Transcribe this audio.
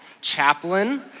chaplain